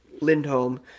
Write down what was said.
Lindholm